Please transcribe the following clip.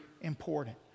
important